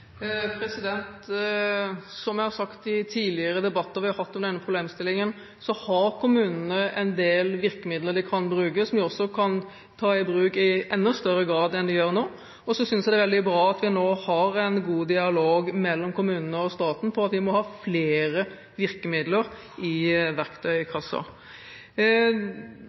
Som jeg har sagt i tidligere debatter vi har hatt om denne problemstillingen, har kommunene en del virkemidler de kan bruke som de kan ta i bruk i enda større grad enn de gjør nå. Jeg synes det er veldig bra at vi nå har en god dialog mellom kommunene og staten på at vi må ha flere virkemidler i